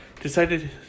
decided